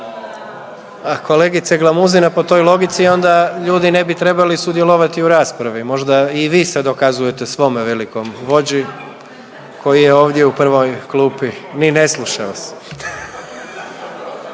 A kolegice Glamuzina, po toj logici onda ljudi ne bi trebali sudjelovati u raspravi, možda i vi se dokazuju svome velikom vođi koji je ovdje u prvoj klupi, ni ne sluša vas.